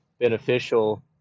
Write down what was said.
beneficial